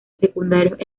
secundarios